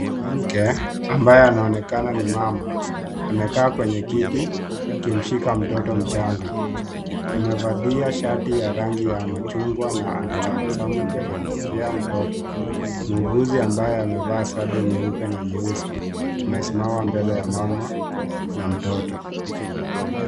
Mwanamke ambaye anaonekana ni mama, amekaa kwenye kiti akimshika mtoto mchanga. Amevalia shati ya rangi ya machungwa na anatabasamu kuelekea mtoto. Muuguzi ambaye amevaa sare nyeupe na nyeusi amesimama mbele ya Mama na mtoto.